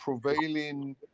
prevailing